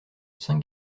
san